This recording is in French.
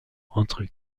entre